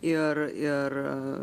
ir ir